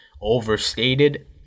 overstated